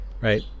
right